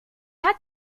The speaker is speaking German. hat